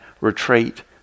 retreat